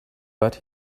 but